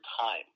time